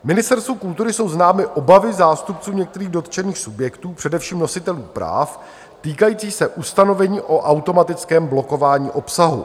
Ministerstvu kultury jsou známy obavy zástupců některých dotčených subjektů, především nositelů práv, týkající se ustanovení o automatickém blokování obsahu.